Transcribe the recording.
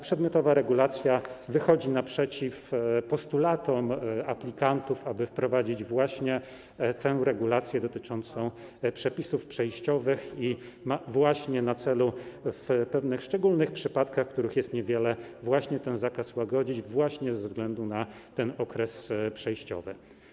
Przedmiotowa regulacja wychodzi naprzeciw postulatom aplikantów, aby wprowadzić właśnie tę regulację dotyczącą przepisów przejściowych i ma na celu w pewnych szczególnych przypadkach, których jest niewiele, łagodzić ten zakaz właśnie ze względu na okres przejściowy.